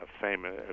famous